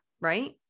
right